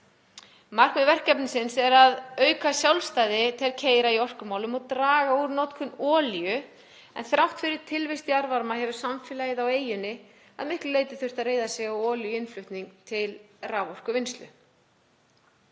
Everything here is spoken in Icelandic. Markmið verkefnisins er að auka sjálfstæði Terceira í orkumálum og draga úr notkun olíu en þrátt fyrir tilvist jarðvarma hefur samfélagið á eyjunni að miklu leyti þurft að reiða sig á olíuinnflutning til raforkuvinnslu.